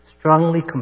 strongly